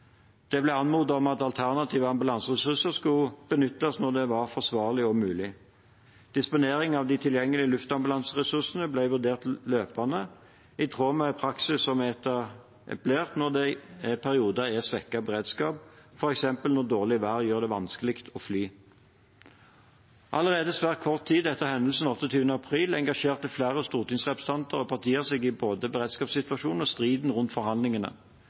Det ble anmodet om at alternative ambulanseressurser skulle benyttes når det var forsvarlig og mulig. Disponeringen av de tilgjengelige luftambulanseressursene ble vurdert løpende, i tråd med praksis som er etablert når det i perioder er svekket beredskap, f.eks. når dårlig vær gjør det vanskelig å fly. Allerede svært kort tid etter hendelsene 28. april engasjerte flere stortingsrepresentanter og partier seg i både beredskapssituasjonen og striden rundt forhandlingene.